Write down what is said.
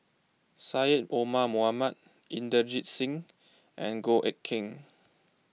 Syed Omar Mohamed Inderjit Singh and Goh Eck Kheng